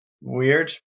weird